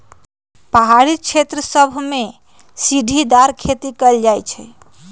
पहारी क्षेत्र सभमें सीढ़ीदार खेती कएल जाइ छइ